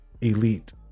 elite